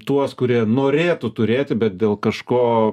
tuos kurie norėtų turėti bet dėl kažko